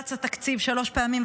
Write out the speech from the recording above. ונפרץ התקציב שלוש פעמים,